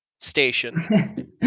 station